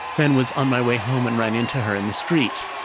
then was on my way home and ran into her in the street.